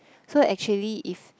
so actually if